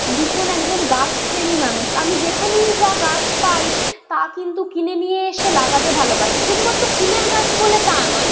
ভীষণ একজন গাছ প্রেমী মানুষ আমি যেখানেই যা গাছ পাই তা কিন্তু কিনে নিয়ে এসে লাগাতে ভালোবাসি শুধুমাত্র ফুলের গাছ বলে তা নয়